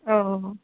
औ